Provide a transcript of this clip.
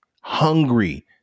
hungry